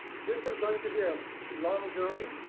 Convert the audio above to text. this is going to be a long journey.